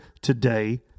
today